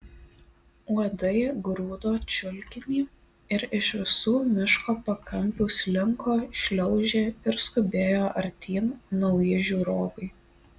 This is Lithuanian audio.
uodai grūdo čiulkinį ir iš visų miško pakampių slinko šliaužė ir skubėjo artyn nauji žiūrovai